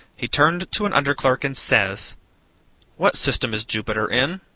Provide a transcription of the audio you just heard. he turned to an under clerk and says what system is jupiter in?